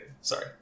Sorry